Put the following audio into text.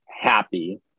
happy